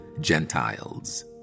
Gentiles